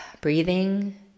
Breathing